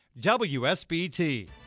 WSBT